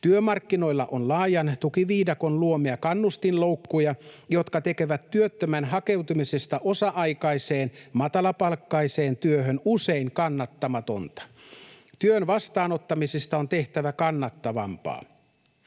Työmarkkinoilla on laajan tukiviidakon luomia kannustinloukkuja, jotka tekevät työttömän hakeutumisesta osa-aikaiseen matalapalkkaiseen työhön usein kannattamatonta. Työn vastaanottamisesta on tehtävä kannattavampaa.